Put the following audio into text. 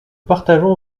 partageons